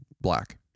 black